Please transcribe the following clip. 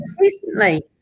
recently